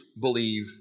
believe